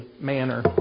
manner